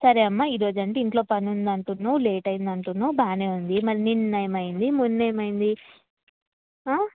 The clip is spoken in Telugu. సరే అమ్మా ఈ రోజంటే ఇంట్లో పని ఉందంటునావ్ లేట్ అయింది అంటున్నావ్ బాగానే ఉంది మరి నిన్న ఏమైంది మొన్న ఏమైంది ఆ